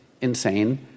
insane